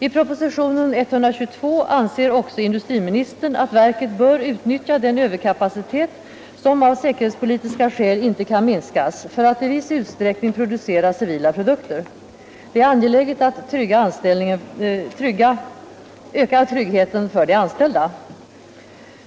I proposition nr 122 anser också industriministern att verket bör utnyttja den överkapacitet som av säkerhetspolitiska skäl inte kan minskas för att i viss utsträckning producera civila produkter. Det är angeläget att öka tryggheten för de anställda.